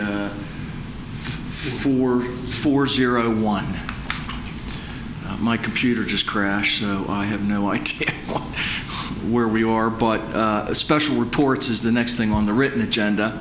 four four zero one my computer just crash no i have no idea where we are but a special reports is the next thing on the written agenda